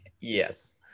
yes